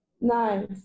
Nice